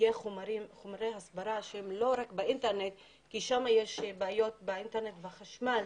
יהיו חומרי הסברה שהם לא רק באינטרנט כי שם יש בעיות באינטרנט ובחשמל,